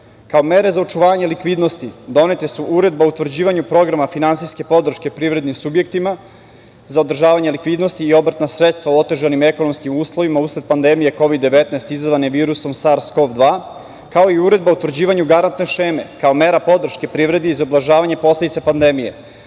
mere za očuvanje likvidnosti donete su uredbe o utvrđivanju programa finansijske podrške privrednim subjektima za održavanje likvidnosti i obrtna sredstva u otežanim ekonomskim uslovima usled pandemije Kovid - 19 izazvane virusom SARS-KoV-2, kao i Uredba o utvrđivanju garantne šeme kao mera podrške privredi za ublažavanje posledica pandemije,